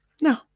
No